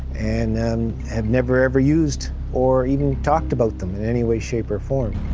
and have never ever used or even talked about them in any way, shape, or form.